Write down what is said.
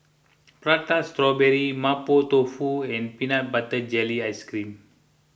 Prata Strawberry Mapo Tofu and Peanut Butter Jelly Ice Cream